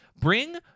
Bring